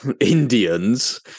Indians